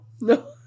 no